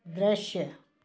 दृश्य